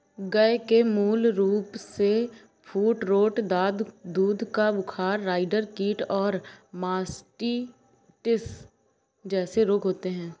गय के मूल रूपसे फूटरोट, दाद, दूध का बुखार, राईडर कीट और मास्टिटिस जेसे रोग होते हें